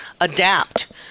adapt